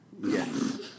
Yes